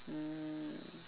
mm